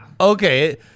Okay